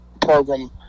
program